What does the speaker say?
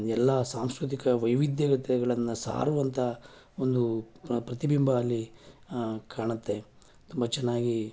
ಎಲ್ಲ ಸಾಂಸ್ಕೃತಿಕ ವೈವಿಧ್ಯತೆಗಳನ್ನು ಸಾರುವಂಥ ಒಂದು ಪ್ರತಿಬಿಂಬ ಅಲ್ಲಿ ಕಾಣುತ್ತೆ ತುಂಬ ಚೆನ್ನಾಗಿ